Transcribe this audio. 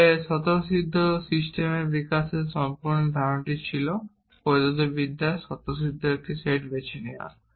তবে স্বতঃসিদ্ধ সিস্টেম বিকাশের সম্পূর্ণ ধারণাটি ছিল প্রদত্ত ভাষায় স্বতঃসিদ্ধ একটি সেট বেছে নেওয়া